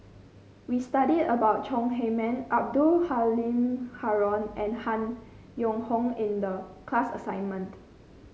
we studied about Chong Heman Abdul Halim Haron and Han Yong Hong in the class assignment